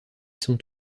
sont